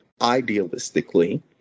Idealistically